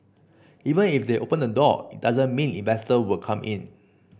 even if they open the door it doesn't mean investors will come in